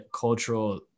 cultural